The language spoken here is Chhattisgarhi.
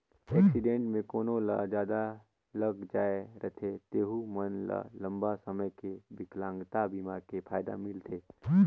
एक्सीडेंट मे कोनो ल जादा लग जाए रथे तेहू मन ल लंबा समे के बिकलांगता बीमा के फायदा मिलथे